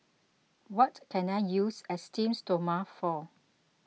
what can I use Esteems Stoma for